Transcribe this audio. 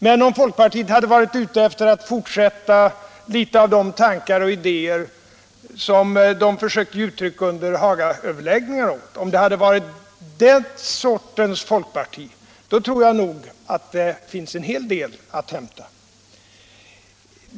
Men om folkpartiet hade varit ute efter att fortsätta litet av de tankar och idéer som man försökte ge uttryck åt under Hagaöverläggningarna, då tror jag nog att det skulle finnas en del att hämta.